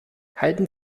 halten